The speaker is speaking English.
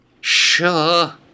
Sure